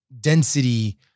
density